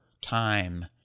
time